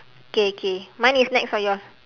K K mine is next or yours